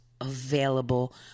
available